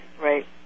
Right